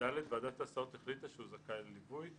ועדת הסעות החליטה שהוא יהיה זכאי לליווי.